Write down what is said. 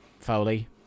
Foley